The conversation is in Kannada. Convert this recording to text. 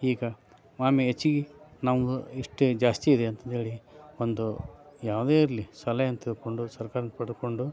ಈಗ ವಾಮೇ ಹೆಚ್ಚಿಗೆ ನಮ್ಮದು ಇಷ್ಟೇ ಜಾಸ್ತಿ ಇದೆ ಅಂತಂದು ಹೇಳಿ ಒಂದು ಯಾವುದೇ ಇರಲಿ ಸಲಹೆಯನ್ನು ತೆಗೆದುಕೊಂಡು ಸರ್ಕಾರ್ದಿಂದ ಪಡೆದ್ಕೊಂಡು